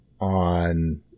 on